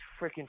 freaking